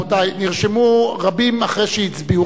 רבותי, נרשמו רבים אחרי שהצביעו.